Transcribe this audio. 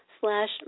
slash